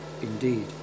indeed